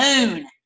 moon